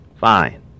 fine